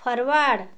forward